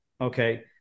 Okay